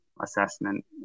assessment